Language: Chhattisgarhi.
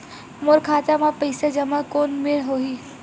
मोर खाता मा पईसा जमा कोन मेर होही?